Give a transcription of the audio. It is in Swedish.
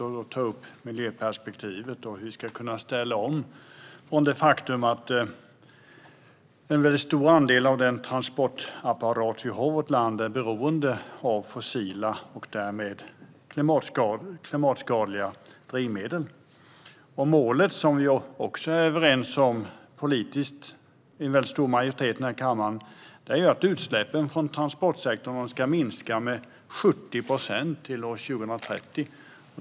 Vi tar upp miljöperspektivet och hur vi ska kunna ställa om, och vi talar om det faktum att en väldigt stor andel av den transportapparat vi har i vårt land är beroende av fossila och därmed klimatskadliga drivmedel. Målet, som vi också är överens om politiskt i en väldigt stor majoritet i den här kammaren, är att utsläppen från transportsektorn ska minska med 70 procent till 2030.